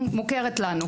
מוכרת לנו.